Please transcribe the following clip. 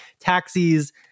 taxis